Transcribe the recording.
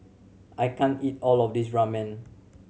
I can't eat all of this Ramen